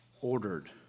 ordered